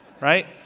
right